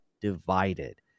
divided